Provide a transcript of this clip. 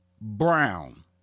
Brown